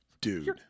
dude